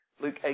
Luke